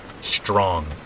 Strong